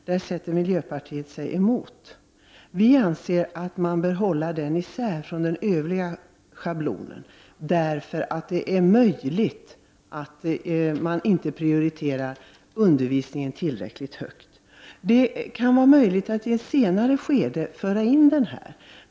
Vi anser att man bör hålla ersättning för sfi isär från den övriga schablonersättningen, eftersom det är möjligt att man annars inte prioriterar undervisningen tillräckligt högt. Det kan vara möjligt att inkludera den i ett senare skede.